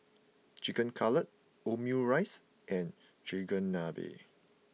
Chicken Cutlet Omurice and Chigenabe